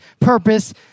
purpose